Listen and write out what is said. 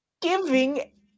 giving